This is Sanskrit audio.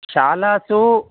शालासु